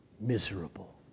miserable